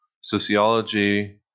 sociology